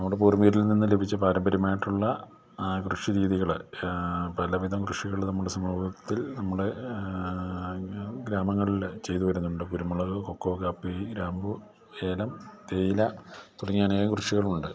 നമ്മുടെ പൂർവികരിൽ നിന്ന് ലഭിച്ച പാരമ്പര്യമായിട്ടുള്ള കൃഷിരീതികള് പലവിധം കൃഷികള് നമ്മുടെ സമൂഹത്തിൽ നമ്മുടെ ഗ്രാമങ്ങളില് ചെയ്തുവരുന്നുണ്ട് കുരുമുളക് കൊക്കോ കാപ്പി ഗ്രാമ്പു ഏലം തേയില തുടങ്ങിയ അനേകം കൃഷികളുമുണ്ട്